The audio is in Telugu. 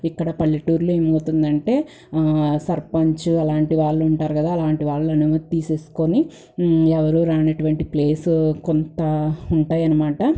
ఇక్కడ పల్లెటూర్లో ఏమవుతుందంటే సర్పంచ్ అలాంటి వాళ్ళుంటారు కదా వాళ్ళనుమతి తీసేసుకొని ఎవరూ రానటువంటి ప్లేసు కొంత ఉంటాయనమాట